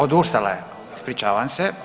Odustala je, ispričavam se.